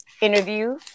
interview